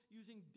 using